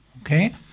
okay